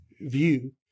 view